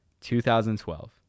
2012